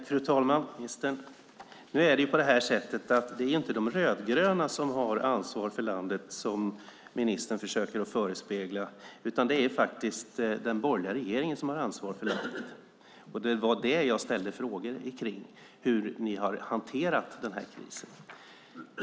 Fru talman! Nu är det ju inte De rödgröna som har ansvar för landet, som ministern försöker förespegla oss. Det är faktiskt den borgerliga regeringen som har ansvar för landet. Det var detta jag ställde frågor om - hur ni har hanterat krisen.